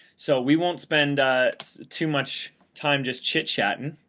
so we wont spend too much time just cheat chatting,